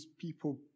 people